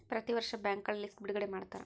ಪ್ರತಿ ವರ್ಷ ಬ್ಯಾಂಕ್ಗಳ ಲಿಸ್ಟ್ ಬಿಡುಗಡೆ ಮಾಡ್ತಾರ